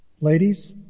Ladies